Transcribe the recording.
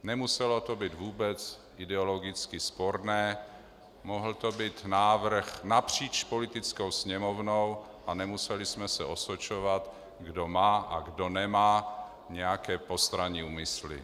Nemuselo to být vůbec ideologicky sporné, mohl to být návrh napříč Poslaneckou sněmovnou a nemuseli jsme se osočovat, kdo má a kdo nemá nějaké postranní úmysly.